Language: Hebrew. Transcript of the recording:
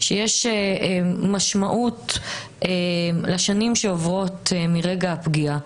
שיש משמעות לשנים שעוברות מרגע הפגיעה.